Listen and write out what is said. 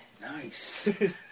Nice